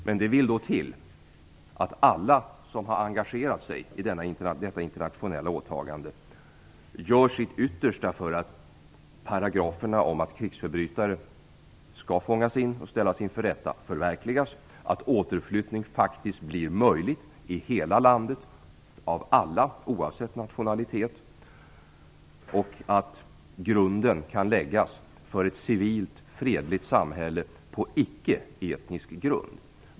Men det vill till att alla som har engagerat sig i detta internationella åtagande gör sitt yttersta för att paragraferna om att krigsförbrytare skall fångas in och ställas inför rätta förverkligas, för att återflyttning faktiskt blir möjlig i hela landet för alla oavsett nationalitet och för att grunden kan läggas för ett civilt fredligt samhälle på icke-etnisk grund.